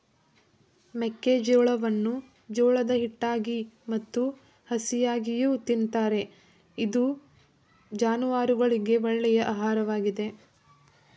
ಮೆಕ್ಕೆಜೋಳವನ್ನು ಜೋಳದ ಹಿಟ್ಟಾಗಿ ಮತ್ತು ಹಸಿಯಾಗಿಯೂ ತಿನ್ನುತ್ತಾರೆ ಇದು ಜಾನುವಾರುಗಳಿಗೆ ಒಳ್ಳೆಯ ಆಹಾರವಾಗಿದೆ